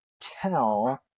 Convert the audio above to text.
Tell